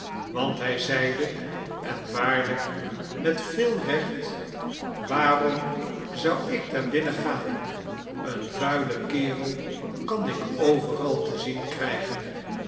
want hy zeide en waarlijk met veel recht waarom zou ik daarbinnen gaan een vuilen kerel kan ik overal te zien krygen